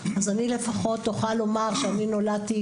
אז אני לפחות אוכל לומר שאני נולדתי,